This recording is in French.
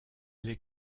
les